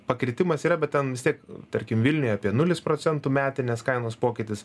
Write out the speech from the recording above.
pakritimas yra bet ten vis tiek tarkim vilniuje apie nulis procentų metinės kainos pokytis